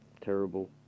terrible